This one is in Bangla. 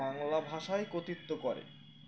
বাংলা ভাষায় কথিত করে